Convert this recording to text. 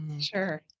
Sure